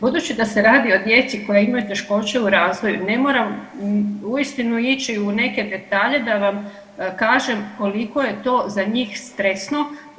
Budući da se radi o djeci koja imaju teškoće u razvoju ne moram uistinu ići u neke detalje da vam kažem koliko je to za njih stresno.